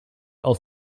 else